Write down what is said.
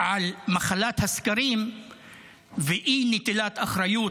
למחלת הסקרים ואי-נטילת האחריות,